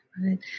right